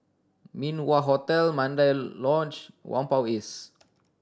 Min Wah Hotel Mandai Lodge Whampoa East